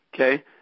Okay